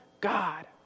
God